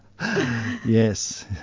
Yes